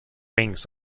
rings